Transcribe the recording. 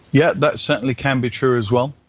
yeah that certainly can be true as well.